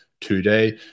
today